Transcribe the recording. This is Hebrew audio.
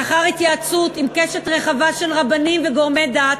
לאחר התייעצות עם קשת רחבה של רבנים וגורמי דת,